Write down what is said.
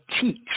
Teach